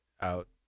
out